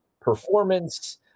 performance